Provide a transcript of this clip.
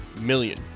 million